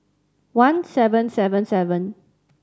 one seven seven seven